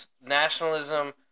nationalism